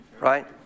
right